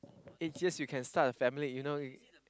eight years you can start a family you know